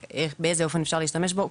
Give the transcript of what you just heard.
ובאיזה אופן אפשר להשתמש בו,